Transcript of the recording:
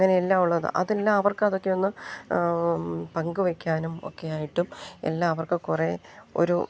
അങ്ങനെയെല്ലാം ഉള്ളത് അതെല്ലാം അവർക്ക് അതൊക്കെ ഒന്ന് പങ്ക് വെക്കാനും ഒക്കെയായിട്ടും എല്ലാവർക്കും കുറേ ഒരു